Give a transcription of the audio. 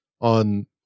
on